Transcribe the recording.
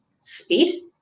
speed